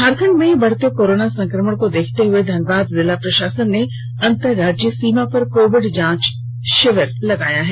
झारखंड में बढ़ते कोरोना संक्रमण को देखते हुए धनबाद जिला प्रशासन ने अंतरराज्यीय सीमा पर कोविड जाँच शिविर लगाया है